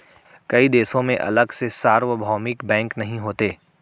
कई देशों में अलग से सार्वभौमिक बैंक नहीं होते